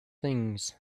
things